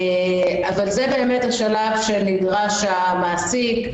אבל זה השלב שנדרש לדעת מי המעסיק,